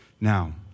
now